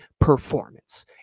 performance